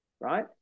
right